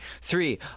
Three